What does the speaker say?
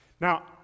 Now